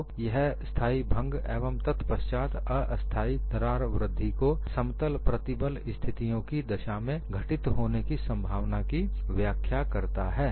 तो यह स्थाई भंग एवं तत्पश्चात अस्थाई दरार वृद्धि को समतल प्रतिबल परिस्थितियों की दशा में घटित होने की संभावना की व्याख्या करता है